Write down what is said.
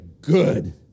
good